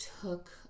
took